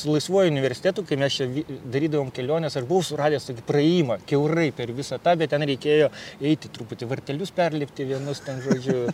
su laisvuoju universitetu kai mes čia vy darydavom keliones aš buvau suradęs tokį praėjimą kiaurai per visą tą bet ten reikėjo eiti truputį vartelius perlipti vienus ten žodžiu